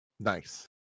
Nice